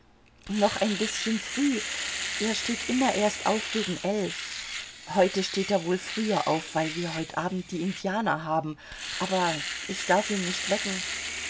noch ein bißchen früh er steht immer erst auf gegen elf heute steht er wohl früher auf weil wir heut abend die indianer haben aber ich darf ihn nicht wecken